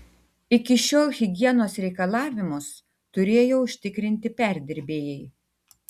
iki šiol higienos reikalavimus turėjo užtikrinti perdirbėjai